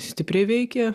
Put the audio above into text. stipriai veikė